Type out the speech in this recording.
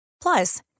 plus